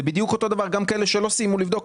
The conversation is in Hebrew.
זה בדיוק אותו הדבר, גם כאלה שלא סיימו לבדוק.